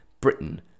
Britain